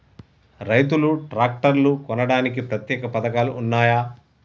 రైతులు ట్రాక్టర్లు కొనడానికి ప్రత్యేక పథకాలు ఉన్నయా?